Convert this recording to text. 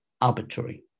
arbitrary